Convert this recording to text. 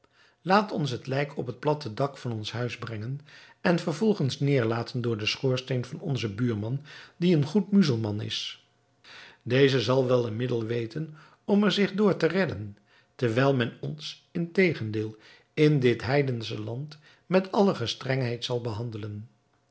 laat ons het lijk op het platte dak van ons huis brengen en vervolgens neêrlaten door den schoorsteen van onzen buurman die een goed muzelman is deze zal wel een middel weten om er zich door te redden terwijl men ons integendeel in dit heidensche land met alle gestrengheid zal behandelen